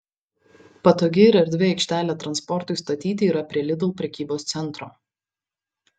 patogi ir erdvi aikštelė transportui statyti yra prie lidl prekybos centro